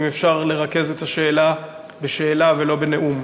ואם אפשר לרכז את השאלה בשאלה ולא בנאום.